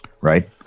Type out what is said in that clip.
Right